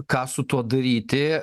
ką su tuo daryti